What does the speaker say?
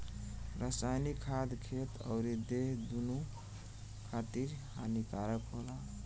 रासायनिक खाद खेत अउरी देह दूनो खातिर हानिकारक होला